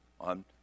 on